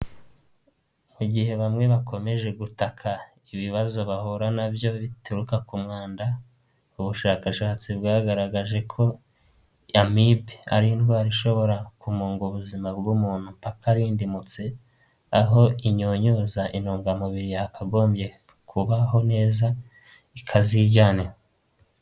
Mu gihe bamwe bakomeje gutaka ibibazo bahura nabyo bituruka ku mwanda, ubushakashatsi bwagaragaje ko amibe ari indwara ishobora kumunga ubuzima bw'umuntu mpaka arindimutsi, aho inyonyuza intungamubiri yakagombye kubaho neza, ikazijyanira.